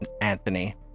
Anthony